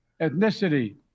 ethnicity